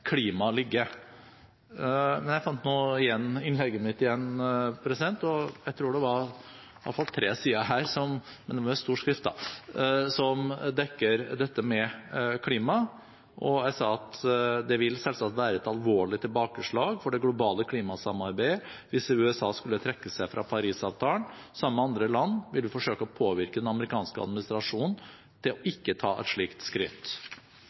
Jeg har nå funnet igjen innlegget mitt, og jeg tror det er i alle fall tre sider der – men med stor skrift – som dekker dette med klima. Jeg sa at det selvsagt vil være et alvorlig tilbakeslag for det globale klimasamarbeidet hvis USA skulle trekke seg fra Paris-avtalen. Sammen med andre land vil vi forsøke å påvirke den amerikanske administrasjonen til ikke å ta et slikt skritt.